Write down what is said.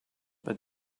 but